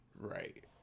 Right